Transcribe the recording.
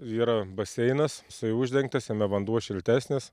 yra baseinas jisai uždengtas jame vanduo šiltesnis